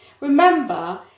Remember